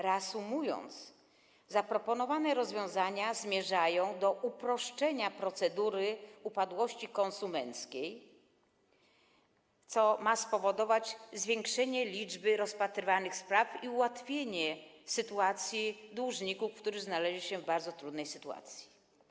Reasumując: zaproponowane rozwiązania zmierzają do uproszczenia procedury upadłości konsumenckiej, co ma spowodować zwiększenie liczby rozpatrywanych spraw i ułatwienie sytuacji dłużników, którzy znaleźli się w bardzo trudnej sytuacji.